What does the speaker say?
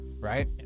Right